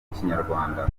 rw’ikinyarwanda